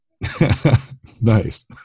nice